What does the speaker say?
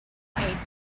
eight